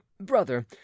brother